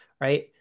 right